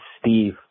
Steve